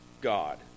God